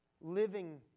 living